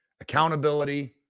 accountability